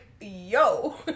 yo